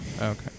Okay